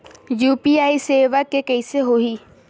UPI सेवा के कइसे होही?